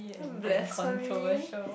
blasphemy